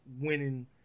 winning